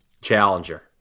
challenger